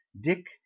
dick